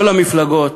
כל המפלגות